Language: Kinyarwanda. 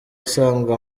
usanzwe